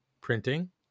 printing